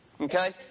Okay